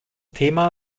thema